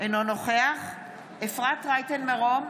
אינו נוכח אפרת רייטן מרום,